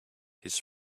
his